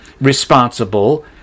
responsible